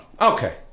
okay